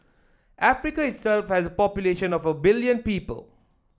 Africa itself has a population of a billion people